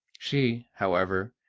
she, however,